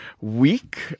week